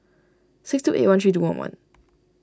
six two eight one three two one one